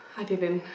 i didn't